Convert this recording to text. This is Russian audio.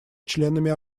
членами